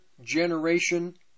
generation